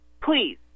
please